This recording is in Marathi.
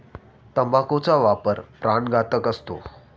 तंबाखूचा वापर प्राणघातक असतो